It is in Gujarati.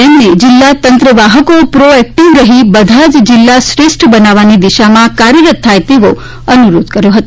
તેમણે જિલ્લા તંત્રવાહકો પ્રો એકટીવ રહી બધા જિલ્લા શ્રેષ્ઠ બનાવવાની દિશામાં કાર્યરત થાય તેવો અનુરોધ કર્યો હતો